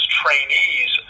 trainees